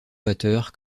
batteur